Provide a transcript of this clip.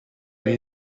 ari